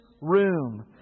room